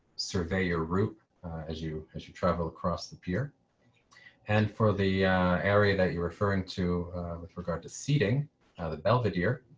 survey your room as you as you travel across the pier and for the area that you're referring to with regard to seating the belvedere.